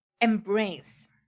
embrace